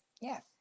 Yes